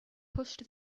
pushed